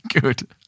Good